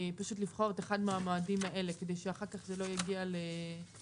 פשוט לבחור את אחד מהמועדים האלה כדי שאחר כך זה לא יגיע לדיונים,